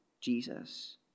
Jesus